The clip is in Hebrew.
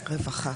רווחה.